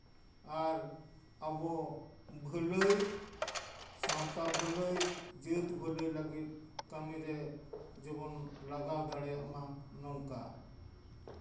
ᱟᱨ ᱟᱵᱚ ᱵᱷᱟᱹᱞᱟᱹᱭ ᱥᱟᱶᱛᱟ ᱵᱷᱟᱹᱞᱟᱹᱭ ᱡᱟᱹᱛ ᱵᱷᱟᱹᱞᱟᱹᱭ ᱞᱟᱹᱜᱤᱫ ᱠᱟᱹᱢᱤᱨᱮ ᱡᱮᱢᱚᱱ ᱞᱟᱜᱟᱣ ᱫᱟᱲᱮᱭᱟᱜ ᱢᱟ ᱱᱚᱝᱠᱟ